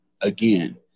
again